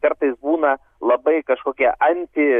kartais būna labai kažkokie anti